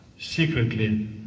secretly